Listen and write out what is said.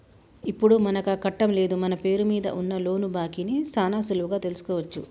ఇప్పుడు మనకాకట్టం లేదు మన పేరు మీద ఉన్న లోను బాకీ ని సాన సులువుగా తెలుసుకోవచ్చు